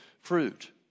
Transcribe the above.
fruit